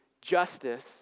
justice